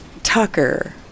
Tucker